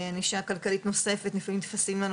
ענישה כלכלית נוספת כמו לפעמים נתפסים לנו